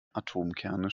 atomkerne